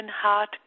heart